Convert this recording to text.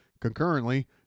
Concurrently